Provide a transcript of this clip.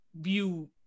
view